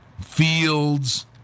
Fields